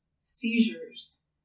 seizures